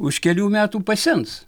už kelių metų pasens